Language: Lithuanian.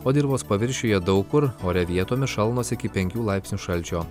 o dirvos paviršiuje daug kur ore vietomis šalnos iki penkių laipsnių šalčio